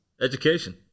Education